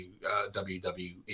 WWE